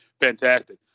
fantastic